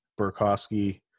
Burkowski